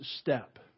step